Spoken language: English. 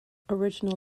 original